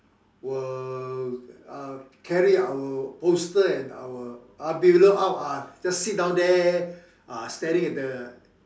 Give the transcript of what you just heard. will uh carry our bolster and our ah pillow out ah just sit down there staring at the